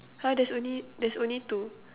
!huh! there's only there's only two